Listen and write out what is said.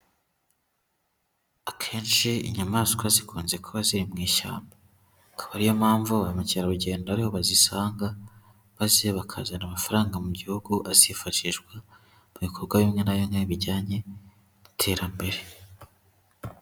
Akenshi inyamaswa zikunze kuba ziri mu ishyamba. Akaba ari yo mpamvu ba mukerarugendo ariho bazisanga, maze bakazana amafaranga mu Gihugu azifashishwa mu bikorwa bimwe na bimwe bijyanye n'iterambere.